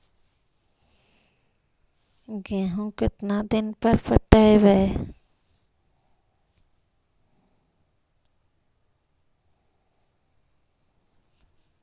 गेहूं केतना दिन पर पटइबै?